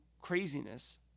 craziness